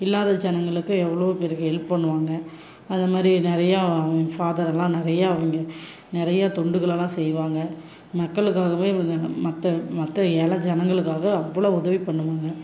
இல்லாத ஜனங்களுக்கு எவ்வளோ பேருக்கு ஹெல்ப் பண்ணுவாங்க அதே மாதிரி நிறையா ஃபாதர்லாம் நிறையா அவங்க நிறையா தொண்டுகளெல்லாம் செய்வாங்க மக்களுக்காகவே வந்து மற்ற மற்ற ஏழை ஜனங்களுக்காக அவ்வளவு உதவி பண்ணுவாங்க